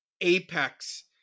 apex